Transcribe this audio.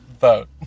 vote